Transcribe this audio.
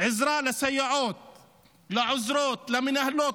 עזרה לסייעות, לעוזרות, למנהלות.